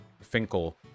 finkel